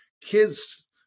kids